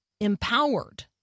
empowered